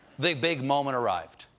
the big moment arrived.